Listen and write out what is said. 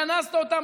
גנזת אותן,